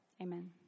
Amen